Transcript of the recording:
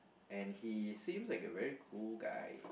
and he seem like a very cool guy